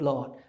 Lord